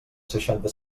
seixanta